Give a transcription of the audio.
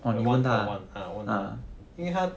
you bond two or one ah 问他因为他